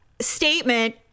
statement